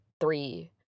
three